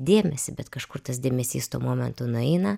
dėmesį bet kažkur tas dėmesys tuo momentu nueina